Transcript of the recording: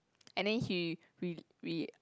and then he re~ re~